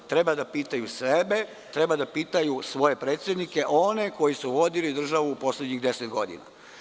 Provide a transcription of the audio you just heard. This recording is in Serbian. To treba da pitaju sebe, treba da pitaju svoje predsednike, one koji su vodili državu u poslednjih 10 godina.